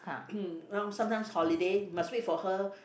mm now sometimes holiday must wait for her